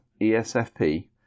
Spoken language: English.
ESFP